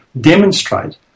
demonstrate